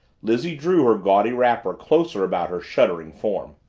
lizzie drew her gaudy wrapper closer about her shuddering form.